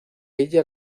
ella